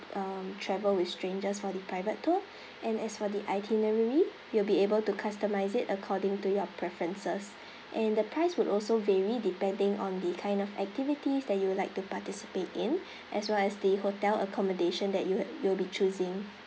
um travel with strangers for the private tour and as for the itinerary you'll be able to customise it according to your preferences and the price would also vary depending on the kind of activities that you would like to participate in as well as the hotel accommodation that you you'll be choosing